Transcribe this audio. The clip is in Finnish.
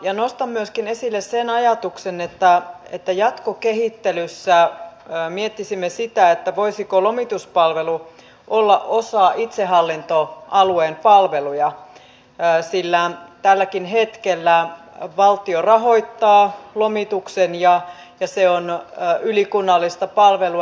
nostan myöskin esille sen ajatuksen että jatkokehittelyssä miettisimme sitä voisiko lomituspalvelu olla osa itsehallintoalueen palveluja sillä tälläkin hetkellä valtio rahoittaa lomituksen ja se on ylikunnallista palvelua